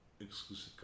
exclusive